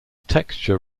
texture